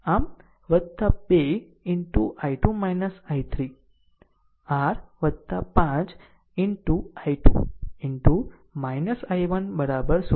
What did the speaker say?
આમ 2 into I2 I3 r 5 into I2 into I1 0